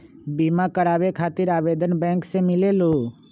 बिमा कराबे खातीर आवेदन बैंक से मिलेलु?